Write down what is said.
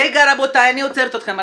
רבותיי, אני עוצרת אתכם.